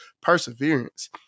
perseverance